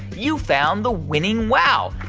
you found the winning wow.